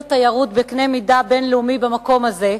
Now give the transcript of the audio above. תיירות בקנה מידה בין-לאומי במקום הזה,